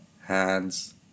hands